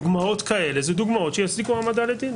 דוגמאות כאלה אלה דוגמאות שיצדיקו העמדה לדין,